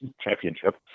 championship